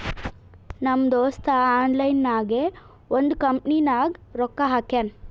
ನಮ್ ದೋಸ್ತ ಆನ್ಲೈನ್ ನಾಗೆ ಒಂದ್ ಕಂಪನಿನಾಗ್ ರೊಕ್ಕಾ ಹಾಕ್ಯಾನ್